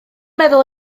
meddwl